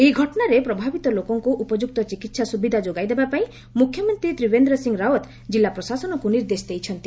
ଏହି ଘଟଣାରେ ପ୍ରଭାବିତ ଲୋକଙ୍କୁ ଉପଯୁକ୍ତ ଚିକିତ୍ସା ସୁବିଧା ଯୋଗାଇଦେବା ପାଇଁ ମୁଖ୍ୟମନ୍ତ୍ରୀ ତ୍ରିବେନ୍ଦ୍ର ସିଂ ରାଓ୍ୱତ କିଲ୍ଲା ପ୍ରଶାସନକୁ ନିର୍ଦ୍ଦେଶ ଦେଇଛନ୍ତି